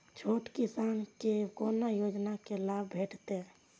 छोट किसान के कोना योजना के लाभ भेटते?